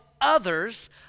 others